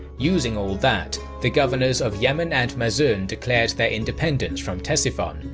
using all that the governors of yemen and mazun declared their independence from ctesiphon,